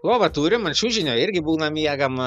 lovą turim ant čiužinio irgi būna miegama